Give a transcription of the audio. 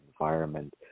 environment